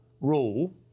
rule